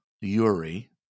Yuri